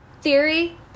theory